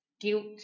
guilt